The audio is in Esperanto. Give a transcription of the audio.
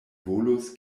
volus